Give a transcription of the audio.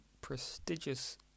prestigious